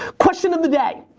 question of the day